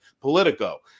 Politico